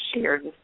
shared